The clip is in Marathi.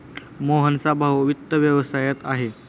मोहनचा भाऊ वित्त व्यवसायात आहे